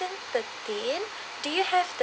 thirteen do you have